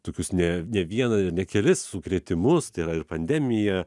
tokius ne ne vieną ir ne kelis sukrėtimus tai yra ir pandemija